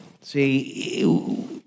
See